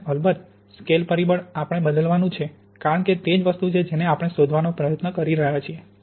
અને અલબત્ત સ્કેલ પરિબળ આપણે બદલાવવાનું છે કારણ કે તે જ વસ્તુ છે જેને આપણે શોધવાનો પ્રયત્ન કરી રહ્યા છીએ